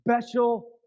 special